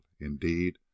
Indeed